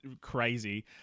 crazy